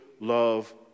love